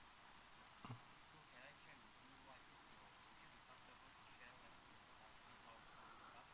okay